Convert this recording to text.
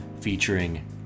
featuring